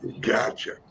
Gotcha